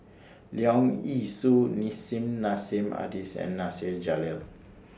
Leong Yee Soo Nissim Nassim Adis and Nasir Jalil